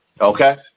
Okay